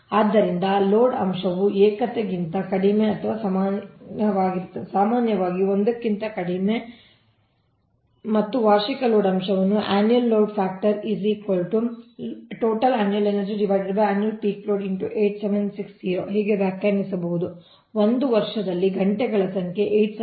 ಆದ್ದರಿಂದ ಲೋಡ್ ಅಂಶವು ಏಕತೆಗಿಂತ ಕಡಿಮೆ ಅಥವಾ ಸಮಾನವಾಗಿರುತ್ತದೆ ಸಾಮಾನ್ಯವಾಗಿ 1 ಕ್ಕಿಂತ ಕಡಿಮೆ ಬಲ 1 ಕ್ಕಿಂತ ಕಡಿಮೆ ಮತ್ತು ವಾರ್ಷಿಕ ಲೋಡ್ ಅಂಶವನ್ನು ಹೀಗೆ ವ್ಯಾಖ್ಯಾನಿಸಬಹುದು ಒಂದು ವರ್ಷದಲ್ಲಿ ಗಂಟೆಗಳ ಸಂಖ್ಯೆ 8760